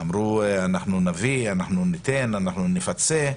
אמרו שיביאו ויפצו,